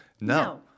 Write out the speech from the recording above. No